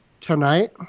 tonight